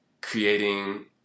creating